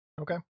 okay